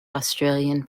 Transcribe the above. australian